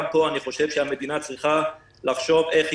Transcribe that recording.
גם פה אני חושב שהמדינה צריכה לחשוב איך היא